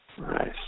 Nice